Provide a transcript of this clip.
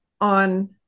on